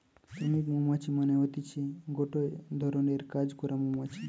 শ্রমিক মৌমাছি মানে হতিছে গটে ধরণের কাজ করা মৌমাছি